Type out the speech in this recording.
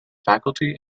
faculty